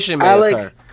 Alex